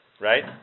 right